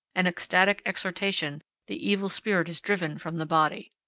and ecstatic exhortation the evil spirit is driven from the body.